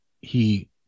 he-